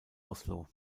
oslo